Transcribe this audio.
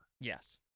Yes